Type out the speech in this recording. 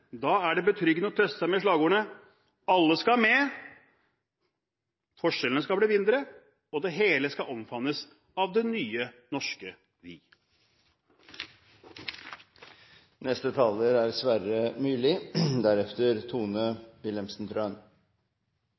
da er det betryggende å trøste seg med slagordene: Alle skal med, forskjellene skal bli mindre og det hele skal omfavnes av Det nye norske vi. De siste årene er